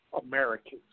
Americans